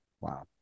Wow